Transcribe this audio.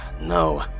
No